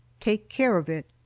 take care of it,